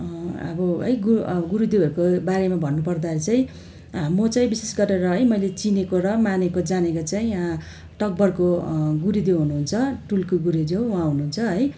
अब है गुरुदेवहरूको बारेमा भन्नुपर्दा चाहिँ म चाहिँ विशेष गरेर है मैले चिनेको र मानेको जानेको चाहिँ तकभरको गुरुदेव हुनुहुन्छ टुल्कु गुरुदेव उहाँ हुनुहुन्छ है